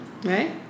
right